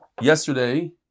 yesterday